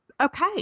Okay